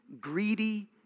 greedy